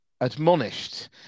admonished